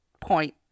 point